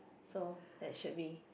so that should be